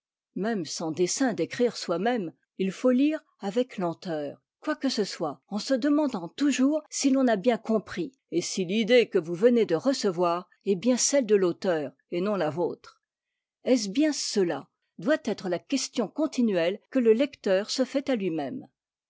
même sans dessein d'écrire soi-même il faut lire avec lenteur quoi que ce soit en se demandant toujours si l'on a bien compris et si l'idée que vous venez de recevoir est bien celle de l'auteur et non la vôtre est-ce bien cela doit être la question continuelle que le lecteur se fait à lui-même